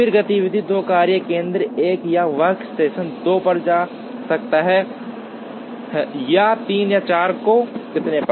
फिर गतिविधि 2 कार्य केंद्र 1 या वर्कस्टेशन 2 पर जा सकता है या 3 या 4 और इतने पर